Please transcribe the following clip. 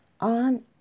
on